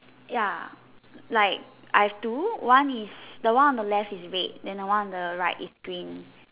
ya like I have two one is the one on the left is red then the one on the right is green